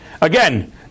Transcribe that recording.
Again